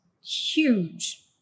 huge